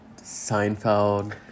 Seinfeld